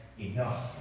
enough